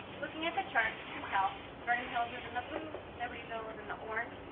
looking at the chart, you can tell vernon hills is in the blue, libertyville is in the orange,